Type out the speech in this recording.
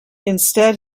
instead